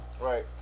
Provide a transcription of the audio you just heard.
right